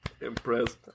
Impressed